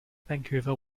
vancouver